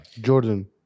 jordan